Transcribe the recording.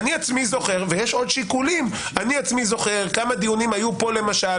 אני עצמי זוכר ויש עוד שיקולים אני זוכר כמה דיונים היו פה למשל